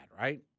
right